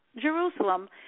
Jerusalem